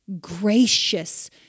gracious